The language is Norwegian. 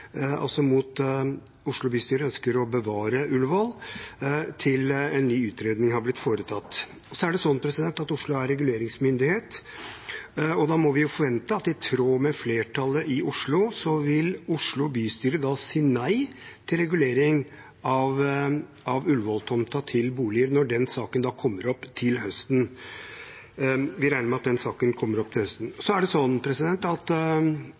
Oslo bystyre ønsker å bevare Ullevål til en ny utredning har blitt foretatt. Oslo er reguleringsmyndighet, og da må vi jo forvente at i tråd med flertallet i Oslo vil Oslo bystyre si nei til regulering av Ullevål-tomten til boliger når den saken kommer opp til høsten – vi regner med at den saken kommer opp til høsten. Denne saken er kanskje den mest interessante og viktigste konflikten akkurat nå, fordi plan- og bygningsloven åpner for at